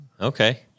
Okay